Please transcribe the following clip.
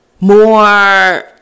more